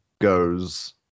goes